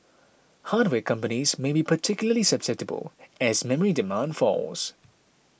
hardware companies may be particularly susceptible as memory demand falls